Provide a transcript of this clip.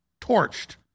torched